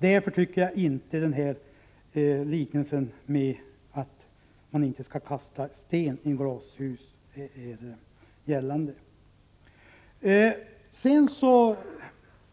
Därför tycker jag inte att ordspråket att man inte skall kasta sten när man själv sitter i glashus kan tillämpas